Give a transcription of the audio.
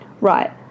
right